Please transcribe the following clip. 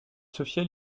sofia